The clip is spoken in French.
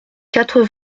quatre